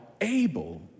able